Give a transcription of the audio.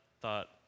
thought